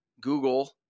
Google